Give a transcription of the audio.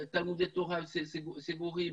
תלמודי תורה סגורים,